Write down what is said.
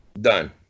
done